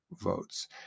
votes